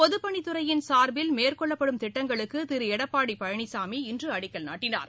பொதுப் பணித்துறையின் சார்பில் மேற்கொள்ளப்படும் திட்டங்களுக்கு திரு எடப்பாடி பழனிசாமி இன்று அடிக்கல் நாட்டினார்